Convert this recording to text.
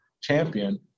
champion